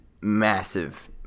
massive